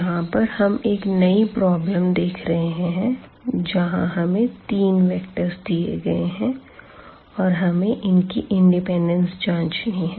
यहां पर हम एक नई प्रॉब्लम देख रहे हैं जहां हमें 3 वेक्टर्स दिए गए हैं और हमें इनकी इंडिपेंडेंस जांचनी है